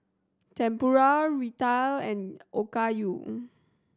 Tempura Raita and Okayu